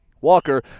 Walker